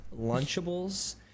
Lunchables